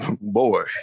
boy